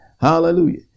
Hallelujah